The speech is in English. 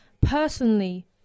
personally